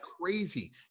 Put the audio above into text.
crazy